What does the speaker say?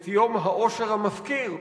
את "יום העושר המפקיר",